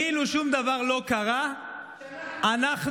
אנחנו